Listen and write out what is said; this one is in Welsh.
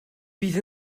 bydd